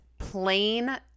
Plain